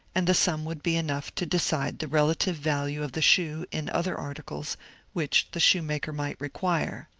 and the sum would be enough to decide the relative value of the shoe in other articles which the shoemaker might require.